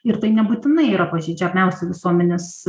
ir tai nebūtinai yra pažeidžiamiausi visuomenės